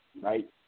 right